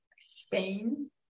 Spain